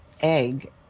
egg